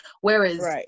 Whereas